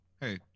hey